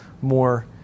more